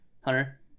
Hunter